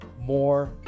More